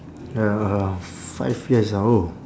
ya uh five years ah oh